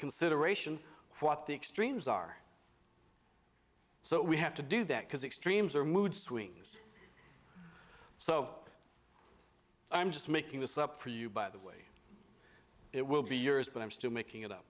consideration what the extremes are so we have to do that because it streams or mood swings so i'm just making this up for you by the way it will be years but i'm still making it up